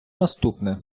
наступне